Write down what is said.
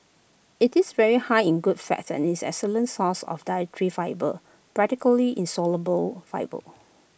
IT is very high in good fats and is an excellent source of dietary fibre practically insoluble fibre